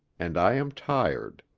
and i am tired.